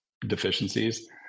deficiencies